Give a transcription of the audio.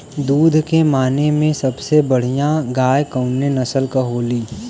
दुध के माने मे सबसे बढ़ियां गाय कवने नस्ल के होली?